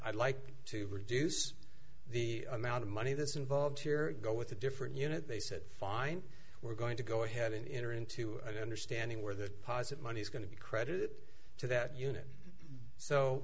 i'd like to reduce the amount of money this involved here go with a different unit they said fine we're going to go ahead and in or into an understanding where the posit money is going to be credited to that unit so